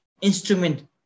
instrument